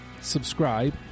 subscribe